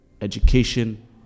education